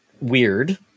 weird